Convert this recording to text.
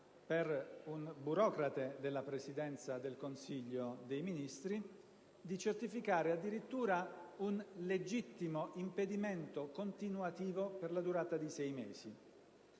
per un burocrate della Presidenza del Consiglio dei ministri di certificare addirittura un legittimo impedimento continuativo per la durata di sei mesi.